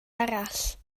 arall